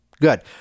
Good